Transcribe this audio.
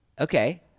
okay